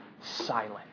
silent